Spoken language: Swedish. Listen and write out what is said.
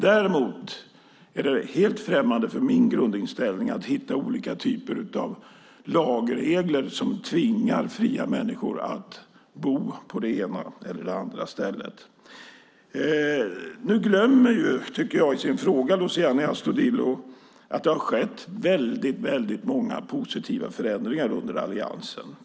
Däremot är min grundinställning att det är helt främmande att hitta olika typer av lagregler som tvingar fria människor att bo på det ena eller det andra stället. Jag tycker att Luciano Astudillo i sin interpellation glömmer att väldigt många positiva förändringar har skett under Alliansens tid.